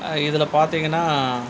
இதில் பார்த்தீங்கன்னா